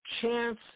chance